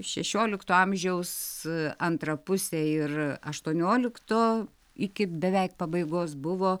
šešiolikto amžiaus antrą pusę ir aštuoniolikto iki beveik pabaigos buvo